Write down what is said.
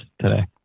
today